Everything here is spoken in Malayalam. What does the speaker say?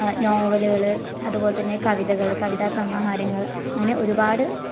നോവലുകള് അതുപോലെത്തന്നെ കവിതകള് കാവിതാ സമാഹാരങ്ങള് അങ്ങനെ ഒരുപാട്